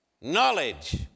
knowledge